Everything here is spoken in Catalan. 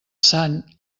sant